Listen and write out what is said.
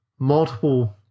multiple